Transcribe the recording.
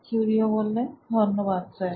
কিউরিও ধন্যবাদ স্যার